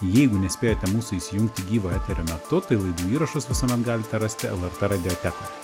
jeigu nespėjote mūsų įsijungti gyvo eterio metu tai laidų įrašus visuomet galite rasti lrt radiotekoj